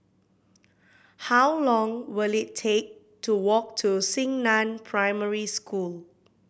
how long will it take to walk to Xingnan Primary School